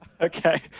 Okay